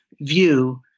view